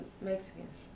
Mexicans